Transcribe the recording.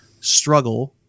struggle